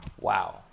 wow